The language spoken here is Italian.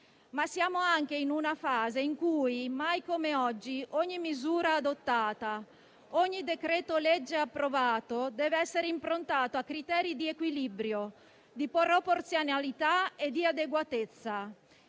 ma siamo anche in una fase in cui, mai come oggi, ogni misura adottata e ogni decreto-legge approvato deve essere improntato a criteri di equilibrio, proporzionalità e adeguatezza.